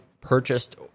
purchased